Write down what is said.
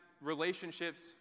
relationships